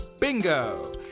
bingo